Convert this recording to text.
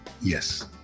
Yes